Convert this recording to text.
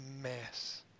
mess